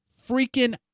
freaking